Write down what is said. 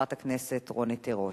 חברת הכנסת רונית תירוש.